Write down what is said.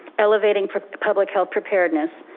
elevating public health preparedness.